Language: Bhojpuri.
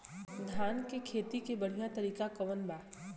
धान के खेती के बढ़ियां तरीका कवन बा?